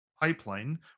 pipeline